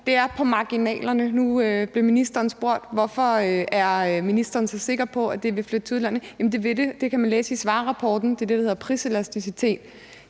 Det er på marginalerne. Nu blev ministeren spurgt, hvorfor ministeren er så sikker på, at det vil flytte til udlandet. Jamen det vil det. Det kan man læse i Svarerrapporten. Det er det, der hedder priselasticitet.